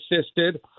assisted